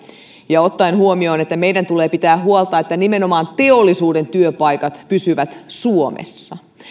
ja ottaen huomioon sen että meidän tulee pitää huolta että nimenomaan teollisuuden työpaikat pysyvät suomessa ja